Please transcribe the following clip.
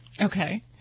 Okay